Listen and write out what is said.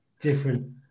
different